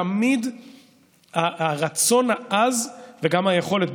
תמיד הרצון העז וגם היכולת,